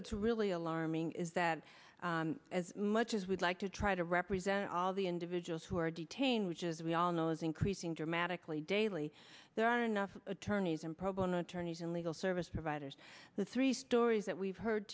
what's really alarming is that as much as we'd like to try to represent all the individuals who are detained which as we all know is increasing dramatically daily there are enough attorneys and problem attorneys and legal service providers the three stories that we've heard